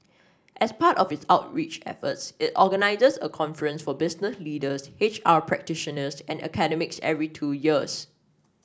as part of its outreach efforts it organises a conference for business leaders H R practitioners and academics every two years